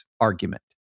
argument